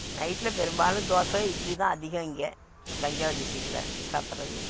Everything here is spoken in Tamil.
நைட்டில் பெரும்பாலும் தோசை இட்லி தான் அதிகம் இங்கே தஞ்சாவூர் டிஸ்டிகில் சாப்பிடறது